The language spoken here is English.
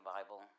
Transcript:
Bible